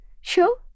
show